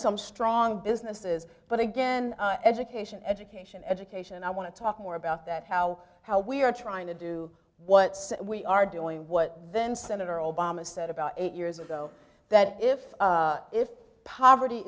some strong businesses but again education education education i want to talk more about that how how we are trying to do what we are doing what then senator obama said about eight years ago that if if poverty